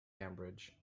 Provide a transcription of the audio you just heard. cambridge